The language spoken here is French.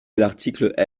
l’article